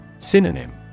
Synonym